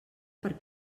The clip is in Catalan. per